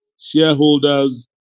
shareholders